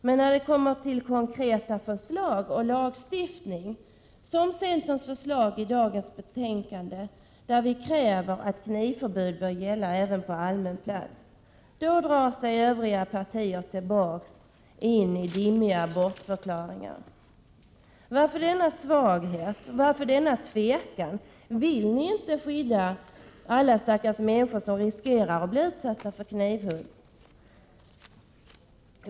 Men när det kommer till konkreta förslag och lagstiftning, som centerns förslag i dagens betänkande, där vi kräver att knivförbud skall gälla även på allmän plats, då drar sig övriga partier tillbaka in i dimmiga bortförklaringar. Varför denna svaghet? Varför denna tvekan? Vill ni inte skydda alla stackars människor som riskerar att bli utsatta för knivhugg?